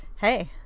Hey